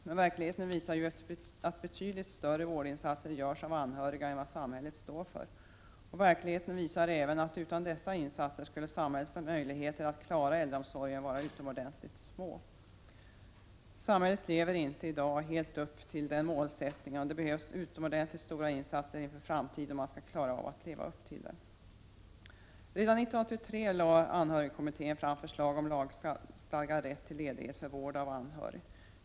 Men verkligheten visar ju att betydligt större vårdinsatser görs av anhöriga än vad samhället står för. Och verkligheten visar även att utan dessa insatser skulle samhällets möjligheter att klara äldreomsorgen vara utomordentligt små. Samhället lever inte i dag helt upp till det målet, och det behövs utomordentligt stora insatser inför framtiden om man skall klara att leva upp till det. Redan 1983 lade anhörigvårdskommittén fram förslag om lagstadgad rätt till ledighet för vård av anhörig.